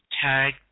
tag